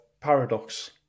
paradox